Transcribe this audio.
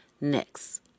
Next